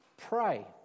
pray